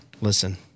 listen